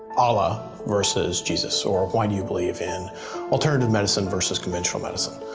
allah versus jesus or why do you believe in alternative medicine versus conventional medicine?